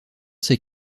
ces